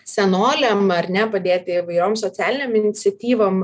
senoliam ar ne padėti įvairiom socialinėm iniciatyvom